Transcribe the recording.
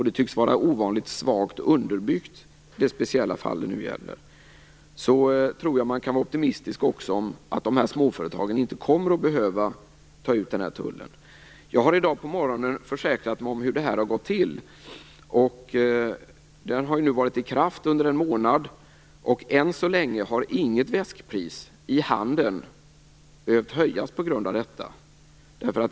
Det speciella fall det nu gäller tycks också vara ovanligt svagt underbyggt. Jag tror därför att man kan vara optimistisk om att de här småföretagen inte kommer att behöva ta ut den här tullen. Jag har i dag på morgonen försäkrat mig om hur det här har gått till. Detta har nu varit i kraft i en månad, och än så länge har inget väskpris i handeln behövt höjas på grund av detta.